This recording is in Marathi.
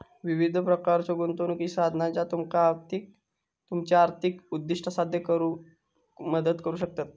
विविध प्रकारच्यो गुंतवणुकीची साधना ज्या तुमका तुमची आर्थिक उद्दिष्टा साध्य करुक मदत करू शकतत